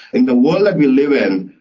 in the world that we live in,